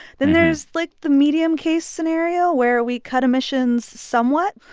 then there's, like, the medium-case scenario, where we cut emissions somewhat.